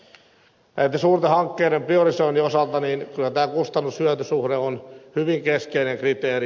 näiden suurten hankkeiden priorisoinnin osalta kustannushyöty suhde on hyvin keskeinen kriteeri